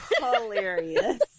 hilarious